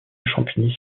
champigny